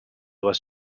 was